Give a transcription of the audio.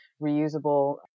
reusable